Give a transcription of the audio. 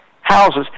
houses